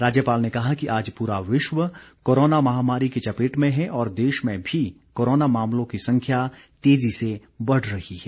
राज्यपाल ने कहा कि आज पूरा विश्व कोरोना महामारी की चपेट में है और देश में भी कोरोना मामलों की संख्या तेजी से बढ़ रही है